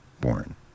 born